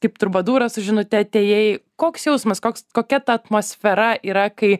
kaip trubadūras su žinute atėjai koks jausmas koks kokia ta atmosfera yra kai